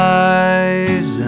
eyes